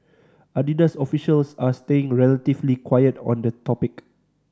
Adidas officials are staying relatively quiet on the topic